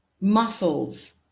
Muscles